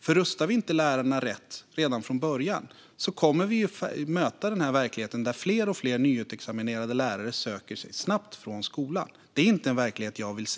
För om vi inte rustar lärarna rätt redan från början kommer vi att möta den verklighet där fler och fler nyutexaminerade lärare snabbt söker sig från skolan. Det är inte en verklighet som jag vill se.